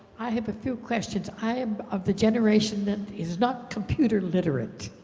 i have a few questions, i'm of the generation that is not computer literate.